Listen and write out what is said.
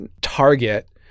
target